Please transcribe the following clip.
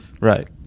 Right